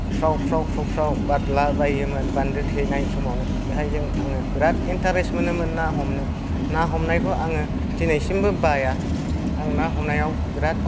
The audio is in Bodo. फ्राव फ्राव फ्राव फ्राव बारदला बायोमोन बान्दो थेनाय समावनो बेहाय जों आङो बिराद इन्तारेस्ट मोनोमोन ना हमनो ना हमनायखौ आङो दिनैसिमबो बाया आं ना हमनायाव बिराद